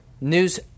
news